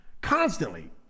Constantly